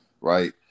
right